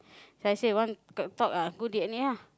that's why I say one got talk ah go D_N_A ah